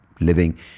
living